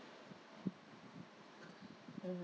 mm